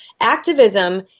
activism